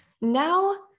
now